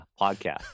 podcast